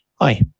Hi